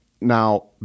now